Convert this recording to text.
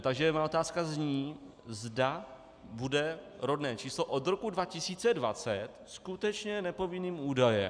Takže moje otázka zní, zda bude rodné číslo od roku 2020 skutečně nepovinným údajem.